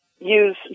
Use